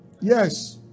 Yes